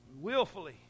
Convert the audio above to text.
willfully